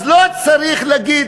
אז לא צריך להגיד,